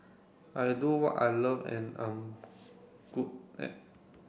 I do what I love and I am good at